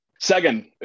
Second